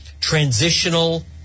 transitional